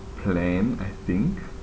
plan I think